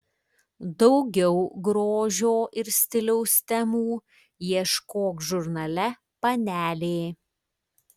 daugiau grožio ir stiliaus temų ieškok žurnale panelė